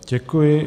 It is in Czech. Děkuji.